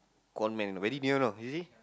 conman very near know you see